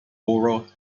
borough